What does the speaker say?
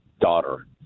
daughter